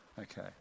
Okay